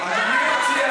אני מציע,